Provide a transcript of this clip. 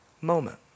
moment